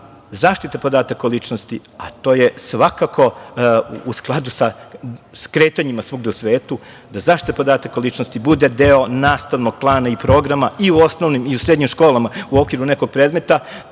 zaštita podataka o ličnosti, a to je svakako u skladu sa kretanjima svuda u svetu, da zaštita podataka o ličnosti bude deo nastavnog plana i programa i u osnovnim i u srednjim školama u okviru nekog predmeta